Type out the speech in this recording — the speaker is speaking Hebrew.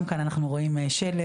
גם כאן אנחנו רואים שלג,